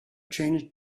changed